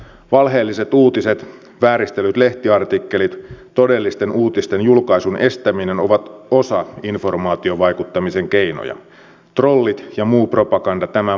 valheelliset uutiset vääristellyt lehtiartikkelit todellisten uutisten julkaisun estäminen ovat osa informaatiovaikuttamisen keinoja trollit ja muu propaganda tämän mukana